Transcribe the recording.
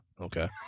Okay